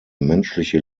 menschliche